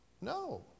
No